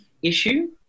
issue